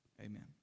Amen